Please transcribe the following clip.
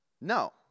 no